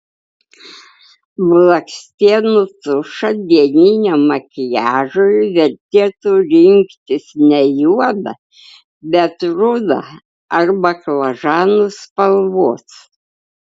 blakstienų tušą dieniniam makiažui vertėtų rinktis ne juodą bet rudą ar baklažanų spalvos